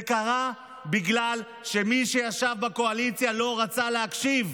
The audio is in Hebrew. זה קרה בגלל שמי שישב בקואליציה לא רצה להקשיב,